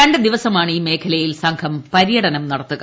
രണ്ടു ദിവസമാണ് ഈ മേഖലയിൽ സംഘം പര്യട്ടനും നൂടത്തുക